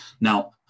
Now